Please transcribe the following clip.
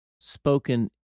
spoken